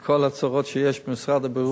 עם כל הצרות שיש במשרד הבריאות.